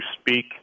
speak